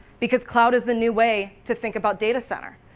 because cloud is the new way to think about data center.